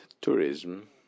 tourism